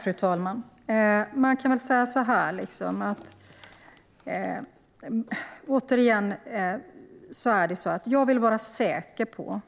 Fru talman! Jag vill vara säker på